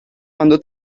quando